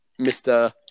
mr